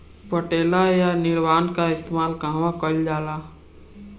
पटेला या निरावन का इस्तेमाल कहवा कइल जाला?